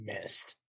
missed